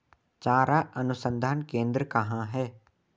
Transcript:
चारा अनुसंधान केंद्र कहाँ है?